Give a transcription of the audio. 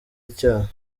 icyaha